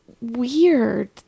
weird